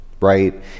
right